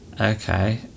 Okay